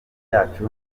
yacu